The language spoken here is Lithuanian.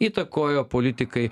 įtakojo politikai